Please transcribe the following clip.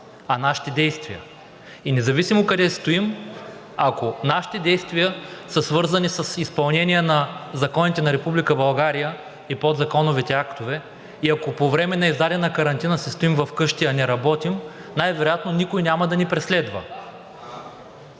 а нашите действия. И независимо къде стоим, ако нашите действия са свързани с изпълнение на законите на Република България и подзаконовите актове и ако по време на издадена карантина си стоим вкъщи, а не работим, най-вероятно никой няма да ни преследва.